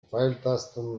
pfeiltasten